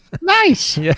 Nice